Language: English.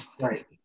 Right